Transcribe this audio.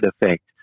effect